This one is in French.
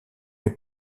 est